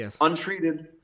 untreated